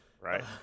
Right